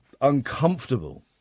uncomfortable